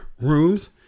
rooms